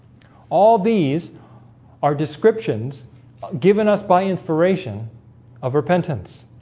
all these are descriptions given us by inspiration of repentance